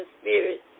spirit